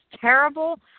terrible